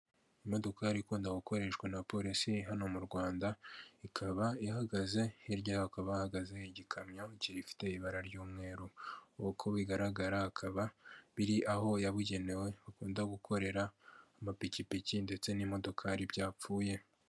Imodoka yari ikunda gukoreshwa na polisi iri hano mu Rwanda, ikaba ihagaze hirya hakaba hahagaze igikamyo gifite ibara ry'umweru, uko bigaragara bikaba biri aho yabugenewe bakunda gukorera amapikipiki ndetse n'imodokari byapfuye.